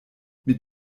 mit